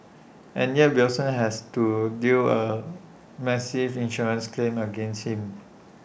and yet Wilson has to deal A massive insurance claim against him